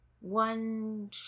one